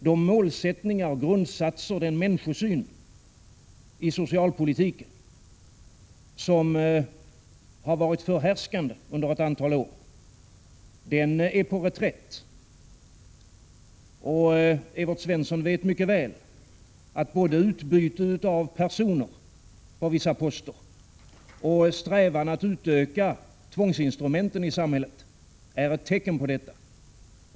De målsättningar och grundsatser och den människosyn som har varit förhärskande under ett antal år inom socialpolitiken är på reträtt. Evert Svensson vet mycket väl att både utbyte av personer på vissa poster och strävan att utöka tvångsinstrumenten i samhället är ett tecken på detta.